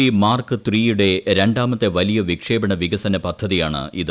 V mark ദ യുടെ രണ്ടാമത്തെ വലിയ വിക്ഷേപണ വികസന പദ്ധതിയാണ് ഇത്